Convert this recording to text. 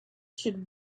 should